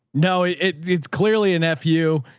no it it's clearly a nephew.